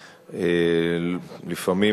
לפעמים,